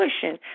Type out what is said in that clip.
pushing